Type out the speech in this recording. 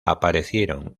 aparecieron